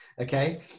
okay